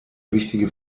wichtige